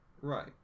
Right